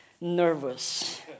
nervous